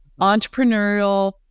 entrepreneurial